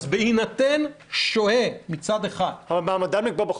אז בהינתן שוהה מצד אחד --- אבל מעמדם נקבע בחוק,